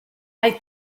hay